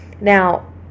now